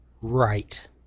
right